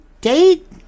Date